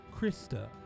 Krista